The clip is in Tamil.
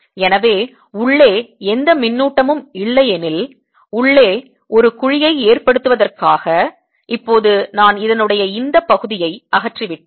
எனவே உள்ளே எந்த மின்னூட்டமும் இல்லையெனில் உள்ளே ஒரு குழியை ஏற்படுத்துவதற்காக இப்போது நான் இதனுடைய இந்தப் பகுதியை அகற்றிவிட்டேன்